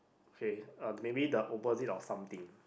phrase or maybe the opposite or something